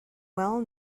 well